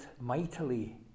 mightily